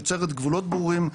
יוצרת גבולות ברורים.